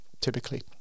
typically